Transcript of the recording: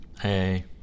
Hey